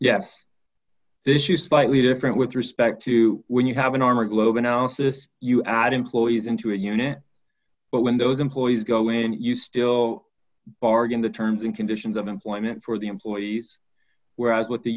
this issue slightly different with respect to when you have an arm or a globe analysis you add employees into a unit but when those employees go in you still bargain the terms and conditions of employment for the employees whereas with the